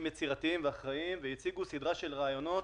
יצירתיים ואחראיים והציגו סדרה של רעיונות.